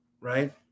right